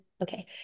Okay